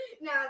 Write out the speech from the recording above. Now